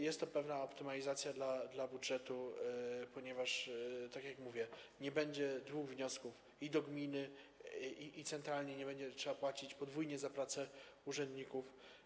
Jest to pewna optymalizacja dla budżetu, ponieważ, tak jak mówię, nie będzie składania dwóch wniosków i do gminy, i centralnie, nie będzie trzeba płacić podwójnie za pracę urzędników.